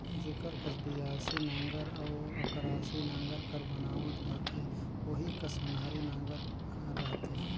जेकर कस बियासी नांगर अउ अकरासी नागर कर बनावट रहथे ओही कस ओन्हारी नागर हर रहथे